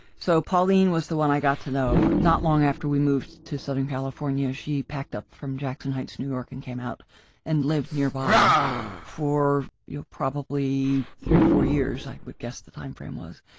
so, pauline was the one i got to know not long after we moved to southern california, she packed up from jackson heights, new york and came out and lived nearby for you know probably three to four years, i would guess the timeframe was.